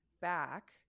back